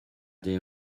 they